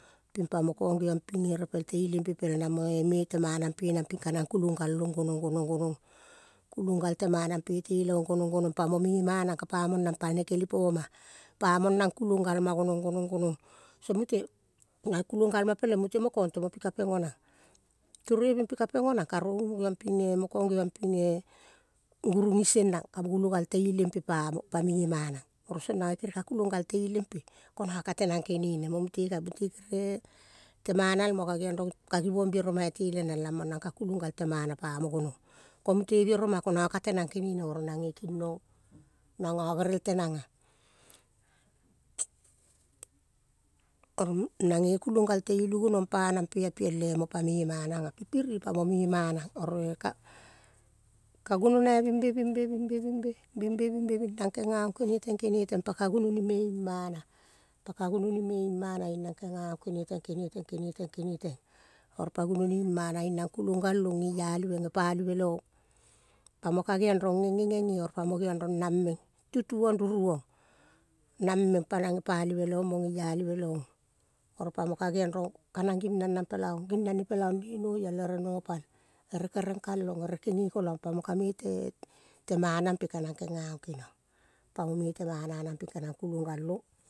Ping pa nokong geong ping repel te ileng pe pel nang mo-e me te manam pe nang ping ka-nang kulong gal long gonong, gonong, gonong kulong gal temanam pe tele ong gonong gonong pa mo me manang ka pamong nang pal ne kele po-ma pa-mong nang pal nekele po-ma, pa-mong nang kulong gal ma peleng mute mo, kong temo pika peng onang mute rueveng pika peng onang, karovi geong ping eh gurung iseng nang, ka gulo gal te ileng pe pamo pa-me ma-nang oro song nange tereng ka kulong gal te ileng pe. Ko no kateng kenene temanal mo ka-geong rong ka givong bero mai tele nang, lam mong nang ka kulong no ka tenang kenene, oro nange kinong, nang go gerel tenang ah. pa-mo. Me manang oro eh. Ka gunonaie bing be, bing be, bing be, bing be, bing be nang genga ong kene teng, kene teng. Pa ka gunoni me ing mana ing nang kenga ong keneteng kene teng, kene teng, kene teng. Oro pa gunoni ing mana ing nang kuloigal long, geialive gepalive le ong pa-mo ka geong rong gege gege, oro pa mo geong rong nang meng, tutu ong ruru ong, nang meng pa-nang ge palive leong mo gel alive le ong, oro pa mo-ka geong rong, ka nang ginanang pela ong, ginane pela ong ne noiel ere nopal, ere kereng kal long ere gege kolong, pa-mo ka me-te manam pe ka-nang kengaong keniong. Pa mo me te mana ping ka-nang kulong gal long.